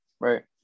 right